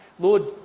Lord